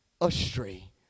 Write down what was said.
astray